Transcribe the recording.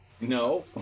No